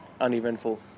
uneventful